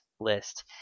list